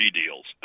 deals